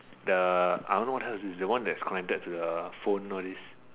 the I don't know what hell is this the one that is connected to the phone all these